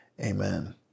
amen